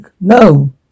No